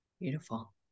beautiful